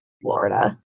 Florida